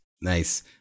Nice